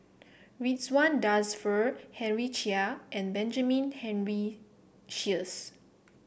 Ridzwan Dzafir Henry Chia and Benjamin Henry Sheares